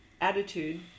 attitude